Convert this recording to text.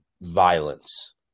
violence